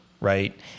right